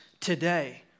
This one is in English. today